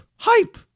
hype